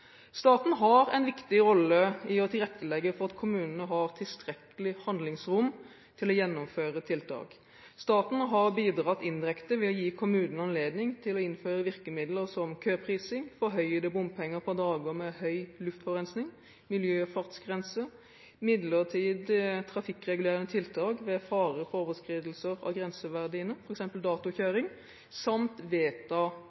Staten har en viktig rolle i å tilrettelegge for at kommunene har tilstrekkelig handlingsrom til å gjennomføre tiltak. Staten har bidratt indirekte ved å gi kommunene anledning til å innføre virkemidler som køprising, forhøyede bompenger på dager med høy luftforurensning, miljøfartsgrense, midlertidig trafikkregulerende tiltak ved fare for overskridelser av grenseverdiene,